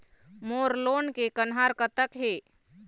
मोर loan के कन्हार कतक हे?